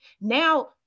Now